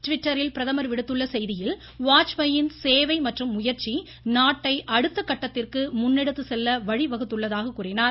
ட்விட்டரில் பிரதமர் விடுத்துள்ள செய்தியில் வாஜ்பாயின் சேவை மற்றும் முயற்சி நாட்டை அடுத்த கட்டத்திற்கு முன்னெடுத்து செல்ல வழிவகுத்துள்ளதாக கூறினார்